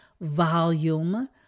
volume